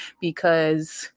because-